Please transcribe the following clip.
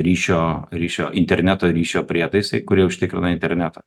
ryšio ryšio interneto ryšio prietaisai kurie užtikrina internetą